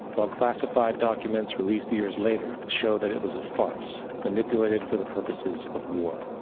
while declassified documents released years later showed that it was a farse manipulated for the purposes of war.